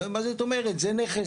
מה זאת אומרת זה נכס,